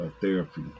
therapy